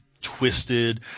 twisted